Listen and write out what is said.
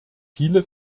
viele